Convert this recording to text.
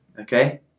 okay